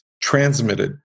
transmitted